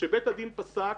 שבית הדין פסק